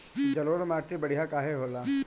जलोड़ माटी बढ़िया काहे होला?